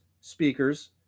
speakers